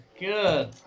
good